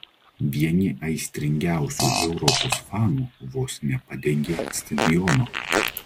vieni aistringiausių europos fanų vos nepadegė stadiono